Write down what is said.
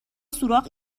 سوراخ